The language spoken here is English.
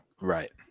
Right